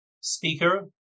speaker